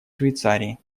швейцарии